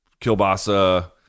kielbasa